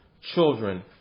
Children